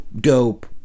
dope